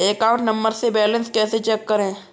Account number से balance कैसे check करें?